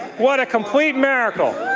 what a complete miracle.